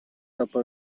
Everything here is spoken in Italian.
dopo